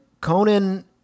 Conan